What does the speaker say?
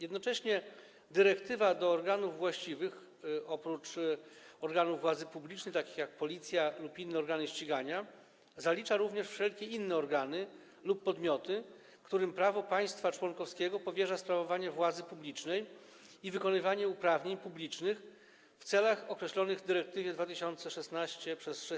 Jednocześnie dyrektywa do organów właściwych - oprócz organów władzy publicznej takich jak Policja lub inne organy ścigania - zalicza również wszelkie inne organy lub podmioty, którym prawo państwa członkowskiego powierza sprawowanie władzy publicznej i wykonywanie uprawnień publicznych w celach określonych w dyrektywie 2016/680.